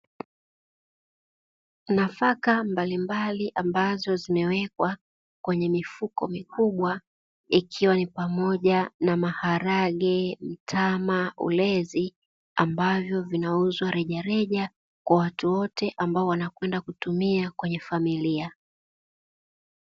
Nafaka mbalimbali ambazo zimewekwa kwenye mifuko mikubwa nipamoja na maharage ,mtama, ulezi ambavyo vinauzwa rejareja kwa watu wote ambao wanakwenda kutumia kwenye familia.